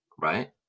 right